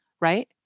Right